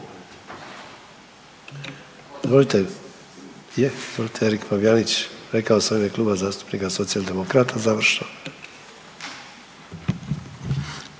završno.